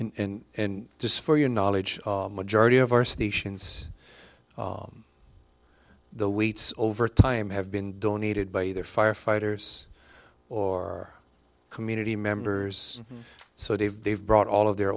in and just for your knowledge majority of our stations the weights over time have been donated by either firefighters or community members so they've they've brought all of their